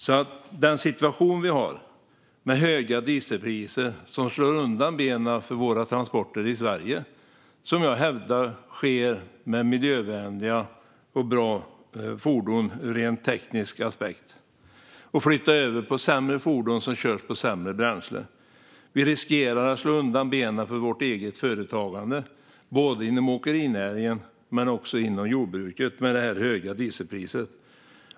Vi har en situation med höga dieselpriser som slår undan benen för våra transporter i Sverige, som jag hävdar sker med miljövänliga och bra fordon ur rent teknisk aspekt. Transporterna flyttas över till sämre fordon som körs på sämre bränslen. Vi riskerar att slå undan benen för vårt eget företagande, både inom åkerinäringen och inom jordbruket, med detta höga dieselpris.